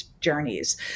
journeys